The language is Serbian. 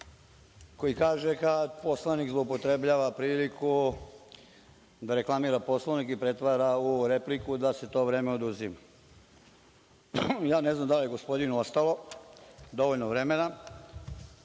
koji kaže – kada poslanik zloupotrebljava priliku da reklamira Poslovnik i pretvara u repliku da se to vreme oduzima. Ja ne znam da li je gospodinu ostalo dovoljno vremena,